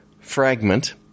fragment